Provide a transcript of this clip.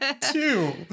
two